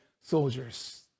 soldiers